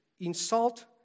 insult